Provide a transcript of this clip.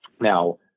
Now-